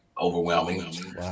overwhelming